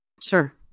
Sure